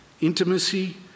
intimacy